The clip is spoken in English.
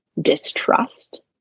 distrust